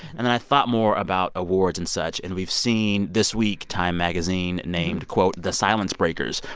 and then i thought more about awards and such and we've seen, this week, time magazine named, quote, the silence breakers,